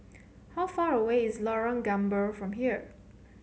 how far away is Lorong Gambir from here